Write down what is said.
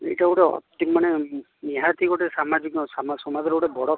ଏଇଟା ଗୋଟିଏ ଅତି ମାନେ ଗୋଟିଏ ନିହାତି ଗୋଟିଏ ସାମାଜିକ ସମାଜର ଗୋଟିଏ ବଡ଼